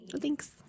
Thanks